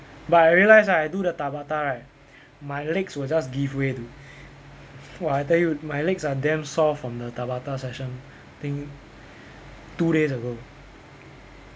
but I realise right I do the tabata right my legs will just give way dude !wah! I tell you my legs are damn soft from the tabata session think like two days ago